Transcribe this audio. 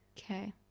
okay